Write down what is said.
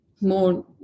more